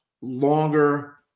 longer